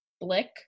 Blick